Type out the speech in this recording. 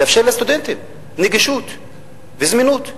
לאפשר לסטודנטים נגישות וזמינות.